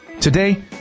Today